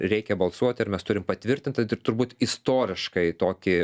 reikia balsuot ir mes turim patvirtintą turbūt istoriškai tokį